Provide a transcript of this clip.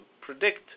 predict